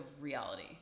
reality